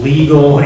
Legal